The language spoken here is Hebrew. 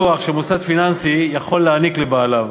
למנוע שימוש בכוח שמוסד פיננסי יכול להעניק לבעליו.